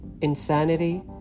insanity